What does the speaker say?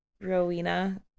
Rowena